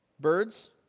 birds